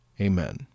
amen